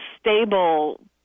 stable